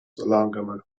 lahmgelegt